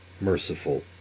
merciful